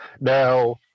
Now